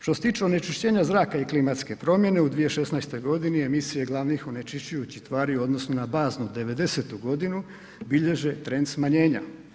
Što se tiče onečišćenja zraka i klimatske promjene u 2016.g. emisije glavnih onečišćujućih tvari u odnosu na baznu '90.-tu godinu bilježe trend smanjenja.